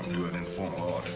do an informal